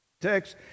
text